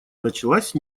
началась